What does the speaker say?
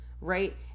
Right